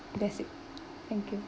that's it thank you